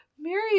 Mary